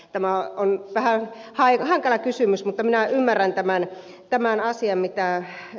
tämä on vähän hankala kysymys mutta minä ymmärrän tämän asian mitä ed